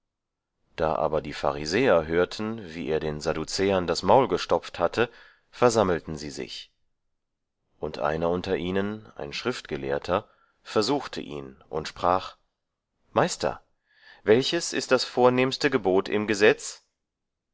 da aber die pharisäer hörten wie er den sadduzäern das maul gestopft hatte versammelten sie sich und einer unter ihnen ein schriftgelehrter versuchte ihn und sprach meister welches ist das vornehmste gebot im gesetz